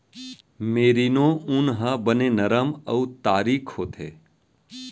merino ऊन ह बने नरम अउ तारीक होथे